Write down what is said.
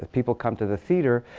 people come to the theater.